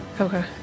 Okay